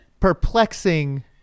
Perplexing